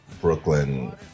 brooklyn